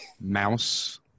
Mouse